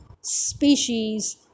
species